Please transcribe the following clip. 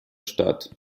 stadt